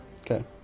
Okay